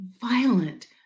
violent